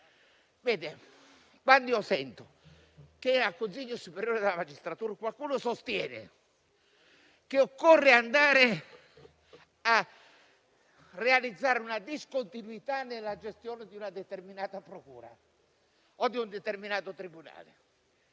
Quando sento che al Consiglio superiore della magistratura qualcuno sostiene che occorre andare a realizzare una discontinuità nella gestione di una determinata procura o di un determinato tribunale,